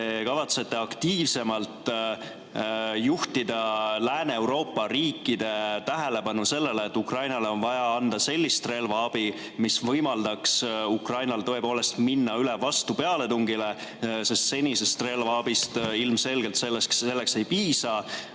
kavatsete aktiivsemalt juhtida Lääne-Euroopa riikide tähelepanu sellele, et Ukrainale on vaja anda sellist relvaabi, mis võimaldaks Ukrainal minna üle vastupealetungile? Senisest relvaabist selleks ilmselgelt ei piisa.